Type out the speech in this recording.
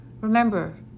Remember